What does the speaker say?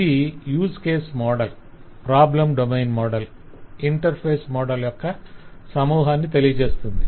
ఇది use case model problem domain model interface model యొక్క సమూహాన్ని తెలియజేస్తుంది